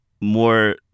more